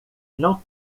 não